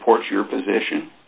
supports your position